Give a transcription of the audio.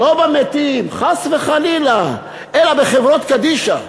לא במתים, חס וחלילה, אלא בחברות קדישא.